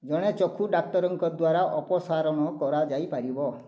ଜଣେ ଚକ୍ଷୁ ଡାକ୍ତରଙ୍କ ଦ୍ୱାରା ଅପସାରଣ କରାଯାଇ ପାରିବ